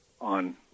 on